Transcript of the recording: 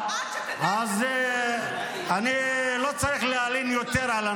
אז אני לא רוצה להוציא אותך.